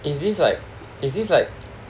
is this like is this like